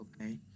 okay